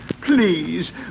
Please